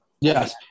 Yes